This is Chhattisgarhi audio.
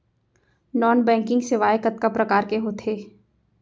नॉन बैंकिंग सेवाएं कतका प्रकार के होथे